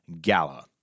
Gala